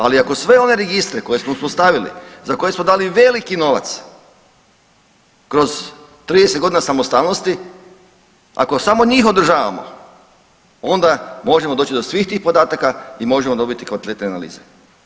AL ako sve one registre koje smo postavili, za koje smo dali veliki novac kroz 30 godina samostalnosti, ako samo njih održavamo, onda možemo doći do svih tih podataka i možemo dobiti konkretne analize.